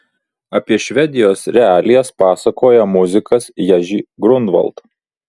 apie švedijos realijas pasakoja muzikas ježy grunvald